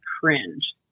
cringe